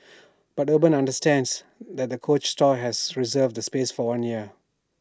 but urban understands that the coach store has reserved the space for one year